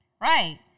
right